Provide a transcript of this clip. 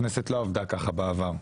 הכנסת לא עבדה ככה בעבר,